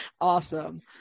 Awesome